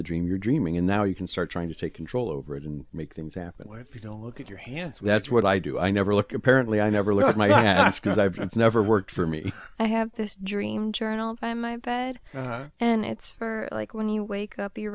the dream you're dreaming and now you can start trying to take control over it and make things happen where you don't look at your hands with that's what i do i never look apparently i never let my ask i've never worked for me i have this dream journal by my bed and it's for like when you wake up you